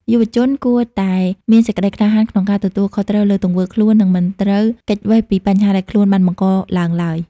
យុវជនគួរតែ "មានសេចក្ដីក្លាហានក្នុងការទទួលខុសត្រូវលើទង្វើខ្លួន" និងមិនត្រូវគេចវេសពីបញ្ហាដែលខ្លួនបានបង្កឡើងឡើយ។